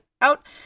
out